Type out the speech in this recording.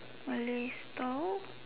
Malay store